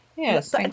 Yes